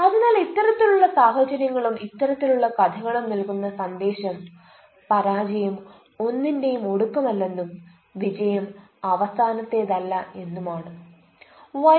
അതിനാൽ ഇത്തരത്തിലുള്ള സാഹചര്യങ്ങളും ഇത്തരത്തിലുള്ള കഥകളും നൽകുന്ന സന്ദേശം "പരാജയം ഒന്നിന്റെയും ഒടുക്കം അല്ലെന്നും വിജയം അവസാനത്തേത് അല്ല എന്നുമാണ്"